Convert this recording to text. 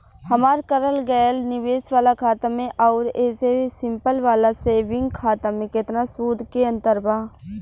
हमार करल गएल निवेश वाला खाता मे आउर ऐसे सिंपल वाला सेविंग खाता मे केतना सूद के अंतर बा?